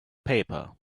paper